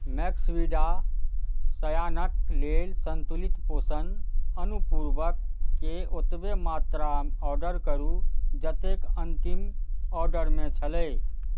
मैक्सविडा सयानक लेल संतुलित पोषण अनुपूरबक के ओतबे मात्रा ऑर्डर करू जतेक अन्तिम ऑर्डरमे छलै